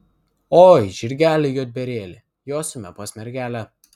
oi žirgeli juodbėrėli josime pas mergelę